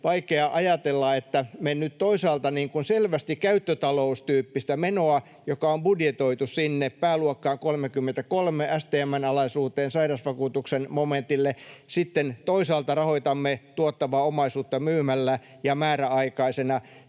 vaikea ajatella, että me nyt toisaalta rahoitamme selvästi käyttötaloustyyppistä menoa, joka on budjetoitu sinne pääluokkaan 33 STM:n alaisuuteen sairausvakuutuksen momentille, sitten toisaalta rahoitamme tuottavaa omaisuutta myymällä ja määräaikaisena